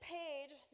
page